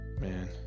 Man